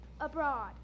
Abroad